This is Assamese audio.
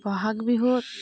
বহাগ বিহুত